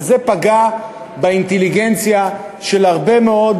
וזה פגע באינטליגנציה של הרבה מאוד